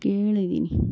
ಕೇಳಿದ್ದೀನಿ